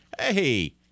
hey